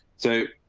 so.